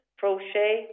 crochet